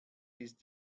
ist